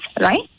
right